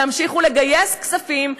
להמשיך לגייס כספים,